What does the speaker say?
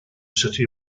city